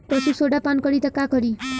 पशु सोडा पान करी त का करी?